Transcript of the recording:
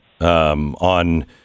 on